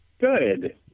Good